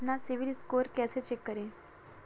अपना CIBIL score कैसे check करें?